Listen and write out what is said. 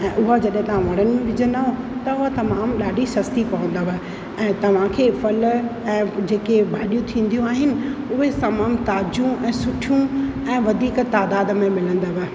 ऐं उहा जॾहिं तव्हां वणनि में विझंदव त उहा तमामु ॾाढी सस्ती पवंदव ऐं तव्हां खे फल ऐं जेके भाॼियूं थींदियूं आहिनि उहे तमामु ताज़ियूं ऐं सुठियूं वधीक तइदाद में मिलंदव